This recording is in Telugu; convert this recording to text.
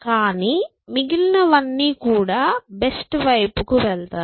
కానీ మిగిలినవన్నీ కూడా బెస్ట్ వైపుకు వెళ్తాయి